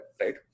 right